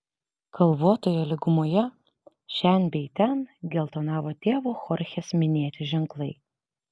kalvotoje lygumoje šen bei ten geltonavo tėvo chorchės minėti ženklai